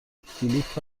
فیلیپ